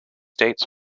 dates